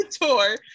tour